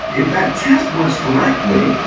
if that test works correctly,